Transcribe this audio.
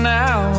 now